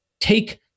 take